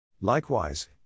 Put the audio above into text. Likewise